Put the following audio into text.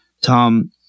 Tom